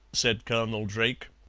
said colonel drake.